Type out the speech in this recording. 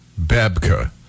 Babka